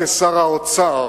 כשר אוצר,